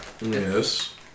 Yes